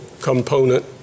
component